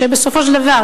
שבסופו של דבר,